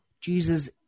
Jesus